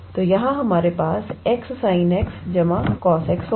तो यहाँ हमारे पास𝑥 sin 𝑥 cos 𝑥 होगा